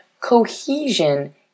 Cohesion